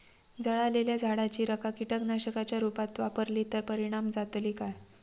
जळालेल्या झाडाची रखा कीटकनाशकांच्या रुपात वापरली तर परिणाम जातली काय?